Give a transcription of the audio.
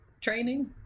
training